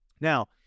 Now